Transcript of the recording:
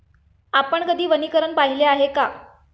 आपण कधी वनीकरण पाहिले आहे का?